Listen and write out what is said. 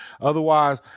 Otherwise